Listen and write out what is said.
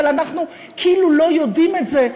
אבל אנחנו כאילו לא יודעים את זה,